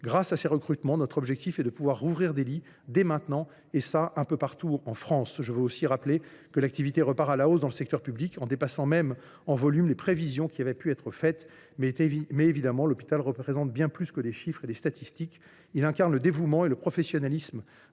Grâce à ces recrutements, notre objectif est de rouvrir des lits, dès maintenant, un peu partout en France. Je veux aussi rappeler que l’activité repart à la hausse dans le secteur public, dépassant même en volume les prévisions qui avaient pu être faites. Bien évidemment, l’hôpital représente bien plus que des chiffres et des statistiques. Il incarne le dévouement et le professionnalisme